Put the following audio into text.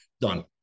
Done